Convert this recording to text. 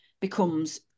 becomes